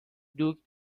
دوگ